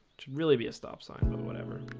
to really be a stop sign or whatever